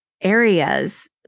Areas